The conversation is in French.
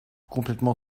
complètement